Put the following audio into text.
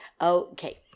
okay